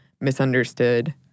misunderstood